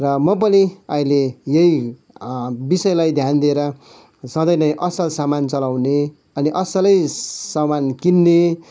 र म पनि अहिले यही विषयलाई ध्यान दिएर सधैँ नै असल सामान चलाउने अनि असलै सामान किन्ने